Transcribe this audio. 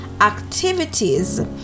activities